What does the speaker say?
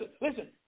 listen